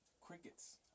Crickets